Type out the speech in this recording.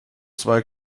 zwei